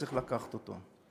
צריך לקחת אותו.